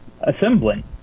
assembling